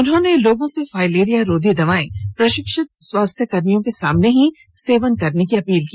उन्होनें लोगों से फाइलेरिया रोधी दवाएं प्रशिक्षित स्वास्थ्य कर्मियों के सामने ही सेवन करने की अपील की